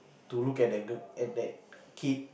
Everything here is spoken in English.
to look at that girl at that kid